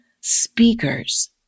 speakers